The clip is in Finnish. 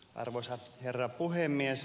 arvoisa herra puhemies